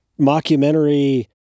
mockumentary